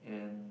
and